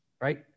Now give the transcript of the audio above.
right